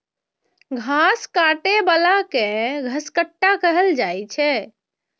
घास काटै बला कें घसकट्टा कहल जाइ छै